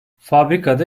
fabrikada